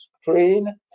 screen